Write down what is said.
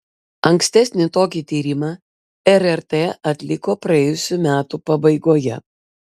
ankstesnį tokį tyrimą rrt atliko praėjusių metų pabaigoje